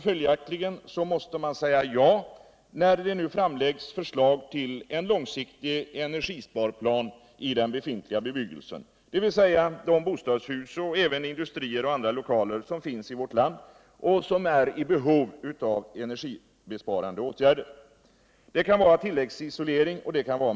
Följaktligen måste man säga ja när det nu framläggs förslag titl en långsiktig energisparplan för den befintliga bebyggelsen, dvs. de bostadshus och även industrier och andra lokaler som finns i vårt land och som är i behov av energibesparande åtgärder, exempelvis tilläggsisolering.